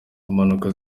impaka